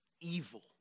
evil